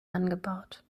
angebaut